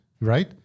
right